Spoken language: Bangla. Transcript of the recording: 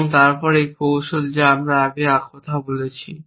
এবং তারপর এই কৌশল যা আমরা আগে কথা বলেছি